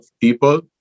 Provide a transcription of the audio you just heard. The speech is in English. people